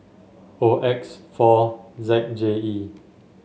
O X four Z J E